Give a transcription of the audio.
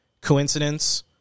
coincidence